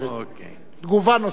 זה נקרא: